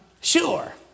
Sure